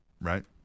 Right